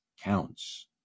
counts